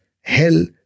hell